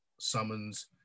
summons